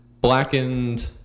blackened